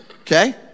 Okay